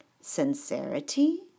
sincerity